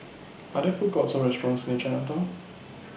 Are There Food Courts Or restaurants near Chinatown